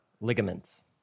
ligaments